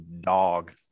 dog